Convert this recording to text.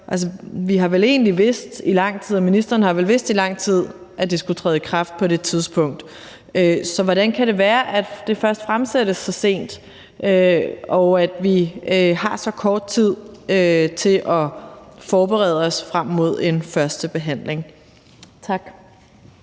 herop: Vi har vel egentlig vidst i lang tid, og ministeren har vel vidst i lang tid, at det skulle træde i kraft på det tidspunkt, så hvordan kan det være, at det først fremsættes så sent, og at vi har så kort tid til at forberede os frem mod en førstebehandling? Tak.